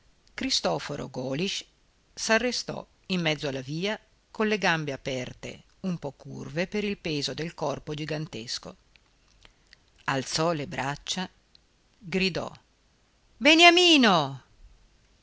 cristoforo golisch s'arrestò in mezzo alla via con le gambe aperte un po curve per il peso del corpo gigantesco alzò le braccia gridò beniamino